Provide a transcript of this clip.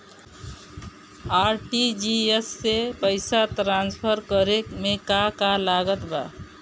RTGS से पईसा transfer करे मे का का लागत बा?